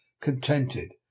contented